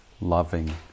loving